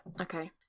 okay